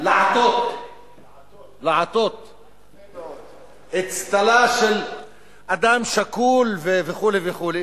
לעטות אצטלה של אדם שקול וכו' וכו',